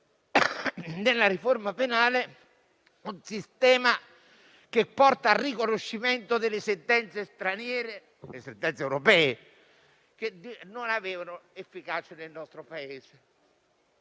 nella riforma penale un sistema che porta al riconoscimento delle sentenze europee che non avevano efficacia nel nostro Paese.